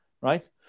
right